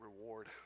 reward